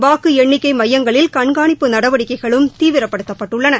வாக்கு எண்ணிக்கை மையங்களில் கண்காணிப்பு நடவடிக்கைகளும் தீவிரப்படுத்தப்பட்டுள்ளன